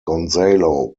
gonzalo